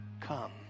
Come